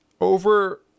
over